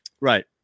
Right